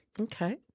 Okay